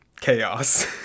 chaos